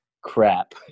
crap